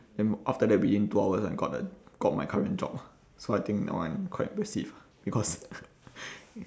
then after that within two hours I got a got my current job ah so I think that one quite impressive because